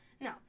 No